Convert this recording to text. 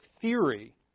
theory